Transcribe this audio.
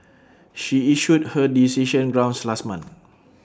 she issued her decision grounds last month